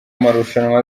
marushanwa